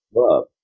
love